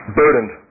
burdened